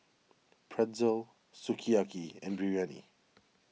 Pretzel Sukiyaki and Biryani